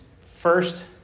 first